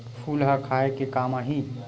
फूल ह खाये के काम आही?